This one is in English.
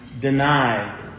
deny